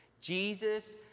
Jesus